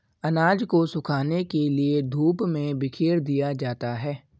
अनाज को सुखाने के लिए धूप में बिखेर दिया जाता है